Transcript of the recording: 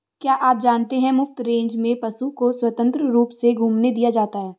क्या आप जानते है मुफ्त रेंज में पशु को स्वतंत्र रूप से घूमने दिया जाता है?